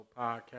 Podcast